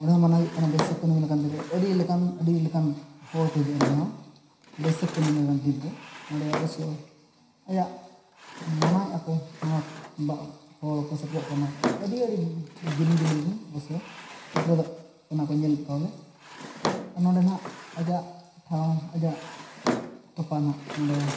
ᱱᱚᱰᱮ ᱦᱚᱸ ᱢᱟᱱᱟᱣ ᱦᱩᱭᱩᱜ ᱠᱟᱱᱟ ᱵᱟᱹᱭᱥᱟᱹᱠᱷ ᱠᱩᱱᱟᱹᱢᱤ ᱞᱮᱠᱟᱱ ᱫᱤᱱᱨᱮ ᱟᱹᱰᱤ ᱞᱮᱠᱟᱱ ᱟᱹᱰᱤ ᱞᱮᱠᱟᱱ ᱦᱚᱲ ᱠᱚ ᱦᱤᱡᱩᱜᱼᱟ ᱱᱚᱰᱮ ᱦᱚᱸ ᱵᱟᱹᱭᱥᱟᱹᱠᱷ ᱠᱩᱱᱟᱹᱢᱤ ᱞᱮᱠᱟᱱ ᱫᱤᱱ ᱨᱮ ᱱᱚᱰᱮ ᱚᱵᱚᱥᱭᱚ ᱟᱭᱟᱜ ᱢᱟᱱᱟᱭᱮᱫ ᱟᱠᱚ ᱢᱟᱱᱟ ᱵᱟ ᱦᱚᱲ ᱠᱚ ᱥᱮᱴᱮᱨᱚᱜ ᱠᱟᱱᱟ ᱟᱹᱰᱤ ᱟᱹᱰᱤ ᱡᱤᱞᱤᱧ ᱡᱤᱞᱤᱧ ᱨᱮᱱ ᱚᱵᱚᱥᱚ ᱥᱮᱴᱮᱨᱚᱜ ᱠᱟᱱᱟ ᱠᱚ ᱧᱮᱞ ᱠᱟᱣᱞᱮ ᱟᱨ ᱱᱚᱰᱮ ᱱᱟᱦᱟᱜ ᱟᱡᱟᱜ ᱴᱷᱟᱶ ᱟᱡᱟᱜ ᱛᱚᱯᱟ ᱦᱟᱸᱜ ᱱᱚᱰᱮ